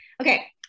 Okay